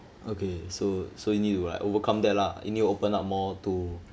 okay so so you need to like overcome that lah you need open up more to